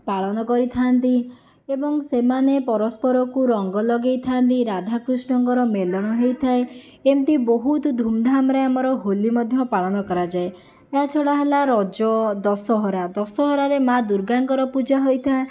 ପାଳନ କରି ଥାନ୍ତି ଏବଂ ସେମାନେ ପରସ୍ପରକୁ ରଙ୍ଗ ଲଗାଇ ଥାନ୍ତି ରାଧାକୃଷ୍ଣଙ୍କର ମେଲଣ ହୋଇଥାଏ ଏମିତି ବହୁତ ଧୁମଧାମରେ ଆମର ହୋଲି ମଧ୍ୟ ପାଳନ କରାଯାଏ ଏହାଛଡ଼ା ହେଲା ରଜ ଦଶହରା ଦଶହରାରେ ମା ଦୁର୍ଗାଙ୍କର ପୂଜା ହୋଇଥାଏ